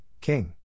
king